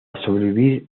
sobrevivir